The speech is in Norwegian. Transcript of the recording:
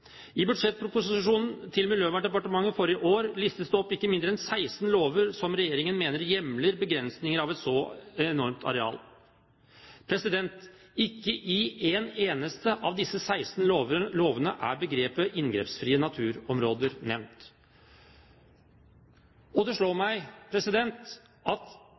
I budsjettproposisjonen til Miljøverndepartementet for i år listes det opp ikke mindre enn 16 lover som regjeringen mener hjemler begrensninger på et så enormt areal. Ikke i en eneste av disse 16 lovene er begrepet «inngrepsfrie naturområder» nevnt. Det slår meg at